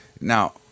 Now